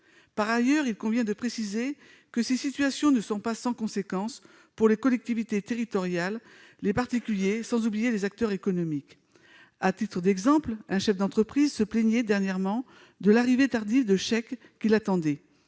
Par ailleurs, il convient de préciser que ces situations ne sont pas sans conséquence pour les collectivités territoriales et pour les particuliers, sans oublier les acteurs économiques. À titre d'exemple, un chef d'entreprise se plaignait dernièrement de l'arrivée tardive de chèques qu'il attendait.